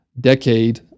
decade